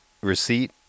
receipt